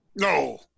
No